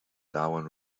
darwin